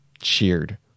cheered